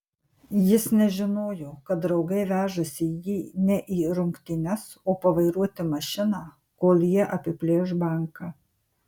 jis nežinojo kad draugai vežasi jį ne į rungtynes o pavairuoti mašiną kol jie apiplėš banką